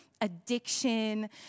addiction